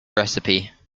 recipe